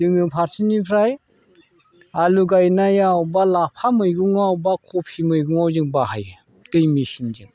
जोङो फारसेनिफ्राय आलु गायनायाव एबा लाफा मैगङाव एबा खफि मैगङाव जों बाहायो दै मेचिनजों